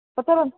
ପଚାରନ୍ତୁ